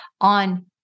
on